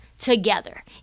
together